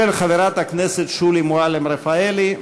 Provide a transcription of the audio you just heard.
של חברת הכנסת שולי מועלם-רפאלי.